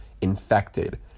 infected